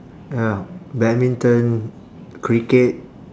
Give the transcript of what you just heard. ya badminton cricket